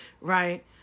Right